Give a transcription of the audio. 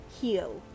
heal